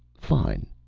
fine.